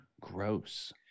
gross